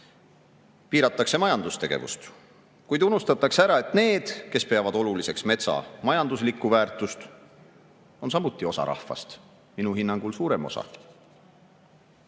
piiratakse majandustegevust, kuid unustatakse ära, et need, kes peavad oluliseks metsa majanduslikku väärtust, on samuti osa rahvast – minu hinnangul suurem osa.